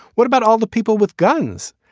what about all the people with guns?